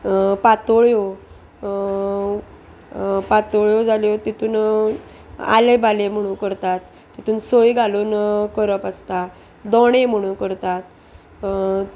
पातोळ्यो पातोळ्यो जाल्यो तितून आले बाले म्हणू करतात तितून सोय घालून करप आसता दोणे म्हणू करतात